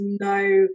no